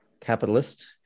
capitalist